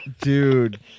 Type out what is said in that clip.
dude